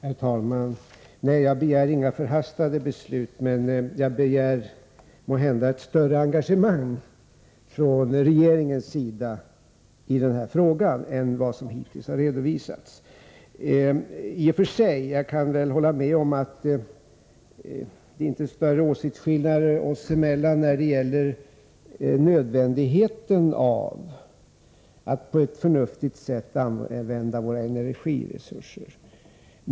Herr talman! Jag begär inga förhastade beslut men måhända ett större engagemang från regeringens sida i den här frågan än vad som hittills förekommit. Jag kan i och för sig hålla med om att det inte föreligger några större åsiktsskillnader oss emellan beträffande nödvändigheten av att på ett förnuftigt sätt använda våra energiresurser.